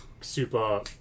Super